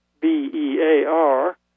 B-E-A-R